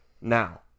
Now